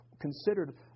considered